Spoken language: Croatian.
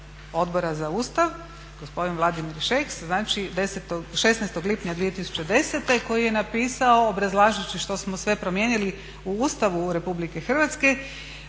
Odbora za Ustav, gospodin Vladimir Šeks znači 16. lipnja 2010. koji je napisao obrazlažući što smo sve promijenili u Ustavu RH dopuna,